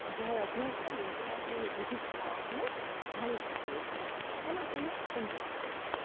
જ્યારે અભ્યાસ કરીએ ત્યારે આપણે એની વિવિધતાઓને જાણી શકીએ છીએ અને તેને સમજી શકીએ છીએ